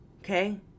Okay